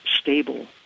stable